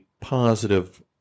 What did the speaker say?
positive